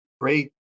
great